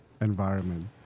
environment